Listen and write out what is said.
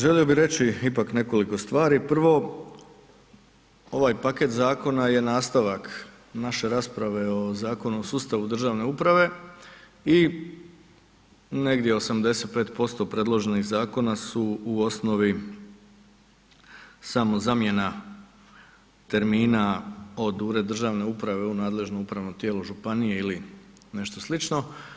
Želio bih reći ipak nekoliko stvari, prvo, ovaj paket zakona je nastavak naše rasprave o Zakonu o sustavu državne uprave i negdje 85% predloženih zakona su u osnovi samo zamjena termina od ured državne uprave u nadležno upravno tijelo županije ili nešto slično.